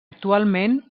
actualment